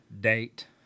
date